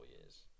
years